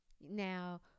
Now